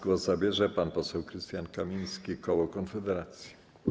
Głos zabierze teraz pan poseł Krystian Kamiński, koło Konfederacja.